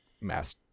mass